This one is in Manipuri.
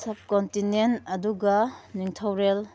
ꯁꯕ ꯀꯣꯟꯇꯤꯅꯦꯟ ꯑꯗꯨꯒ ꯅꯤꯡꯊꯧꯔꯦꯜ